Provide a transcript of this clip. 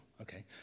okay